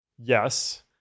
Yes